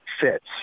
fits